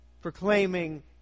proclaiming